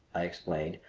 i explained,